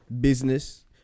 business